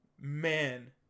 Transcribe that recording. Man